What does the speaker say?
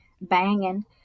banging